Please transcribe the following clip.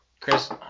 Chris